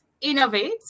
innovate